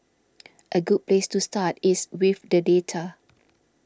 a good place to start is with the data